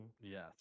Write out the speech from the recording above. Yes